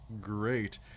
great